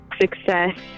success